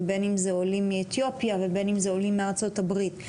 ובין אם זה עולים מאתיופיה ובין אם זה עולים מארצות הברית,